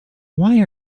why